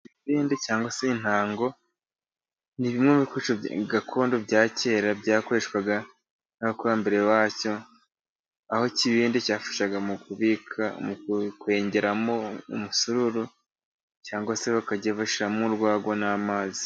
Ikibindi cyangwa se intango ni bimwe mu bikore gakondo bya kera byakoreshwaga n'abakurambere bacu, aho ikibindi cyafashaga mu kubika ,mu kwengeramo umusururu ,cyangwa se bakajya bashyiramo urwagwa n'amazi.